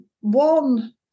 one